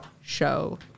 show